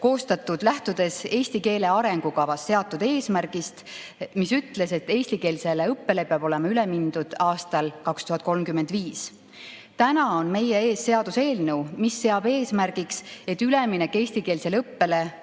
koostatud, lähtudes Eesti keele arengukavas seatud eesmärgist, mis ütles, et eestikeelsele õppele peab olema üle mindud aastal 2035.Täna on meie ees seaduseelnõu, mis seab eesmärgiks, et üleminek eestikeelsele õppele